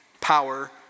power